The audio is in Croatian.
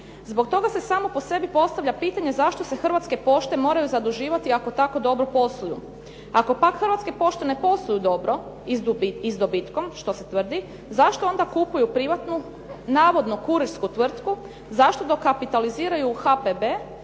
Zbog toga se samo po sebi postavlja pitanje zašto se Hrvatske pošte moraju zaduživati ako tako dobro posluju. Ako pak Hrvatske pošte ne posluju dobro i s dobitkom što se tvrdi zašto onda kupuju privatnu navodno kurirsku tvrtku, zašto dokapitaliziraju HPB